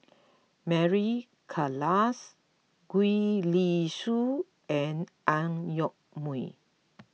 Mary Klass Gwee Li Sui and Ang Yoke Mooi